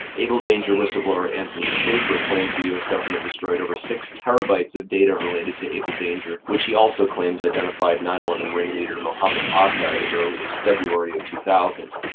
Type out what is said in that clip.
able danger whistleblower anthony shaffer claims the us government destroyed over six terabytes of data related to the able danger which he also claims identified nine eleven ringleader mohammad atta as early as feb of two thousand.